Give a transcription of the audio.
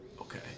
Okay